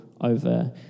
over